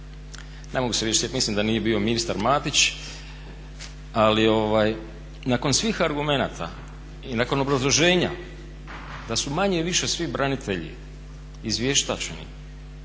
Ne mogu se više sjetiti, mislim da nije bio ministar Matić ali nakon svih argumenata i nakon obrazloženja da su manje-više svi branitelji izvještačeni